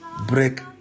break